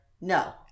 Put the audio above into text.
No